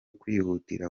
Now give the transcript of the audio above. kwihutira